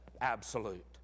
absolute